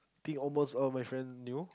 think almost all my friend knew